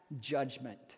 judgment